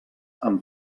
amb